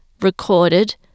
recorded